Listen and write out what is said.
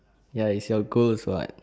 ya is your goals [what]